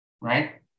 right